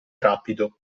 rapido